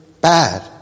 bad